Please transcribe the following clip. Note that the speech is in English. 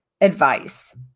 advice